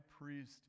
priest